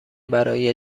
برای